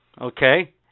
Okay